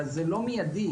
אבל זה לא מידי,